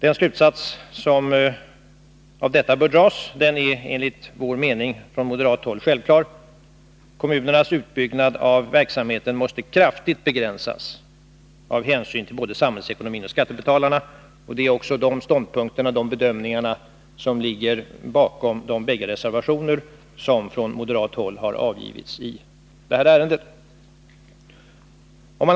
Den slutsats som av detta bör dras är enligt moderat mening självklar: kommunernas utbyggnad av verksamheten måste kraftigt begränsas med hänsyn till både samhällsekonomin och skattebetalarna. Det är också de ståndpunkter och bedömningar som ligger bakom de bägge reservationer som från moderat håll har avgivits i det här ärendet.